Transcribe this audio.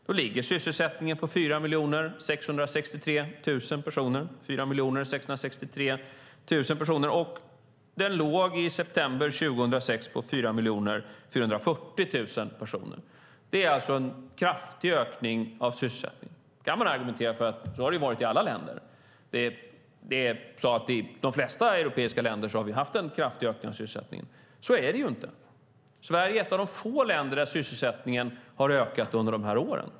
Antalet sysselsatta ligger på 4 663 000 personer, och det låg i september 2006 på 4 440 000 personer. Det är alltså en kraftig ökning av sysselsättningen. Då kan man argumentera att så har det varit i alla länder; i de flesta europeiska har det varit en kraftig ökning av sysselsättningen. Men så är det inte. Sverige är ett av de få länder där sysselsättningen har ökat under de här åren.